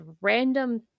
random